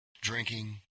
Drinking